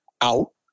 out